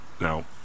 Now